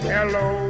Hello